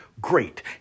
Great